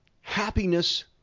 happiness